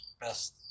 best